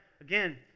Again